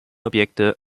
objekte